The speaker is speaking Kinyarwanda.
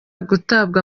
gutabwa